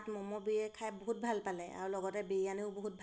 তাত মমো বিয়ে খাই বহুত ভাল পালে আৰু লগতে বিৰিয়ানীও বহুত ভাল